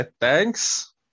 Thanks